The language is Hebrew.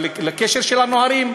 בקשר ל"נוהרים"